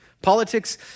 Politics